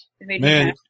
Man